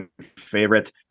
favorite